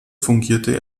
fungierte